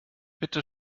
bitte